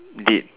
did